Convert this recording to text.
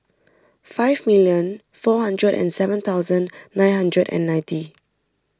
five million four hundred and seven thousand nine hundred and ninety